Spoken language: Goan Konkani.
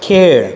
खेळ